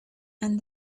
and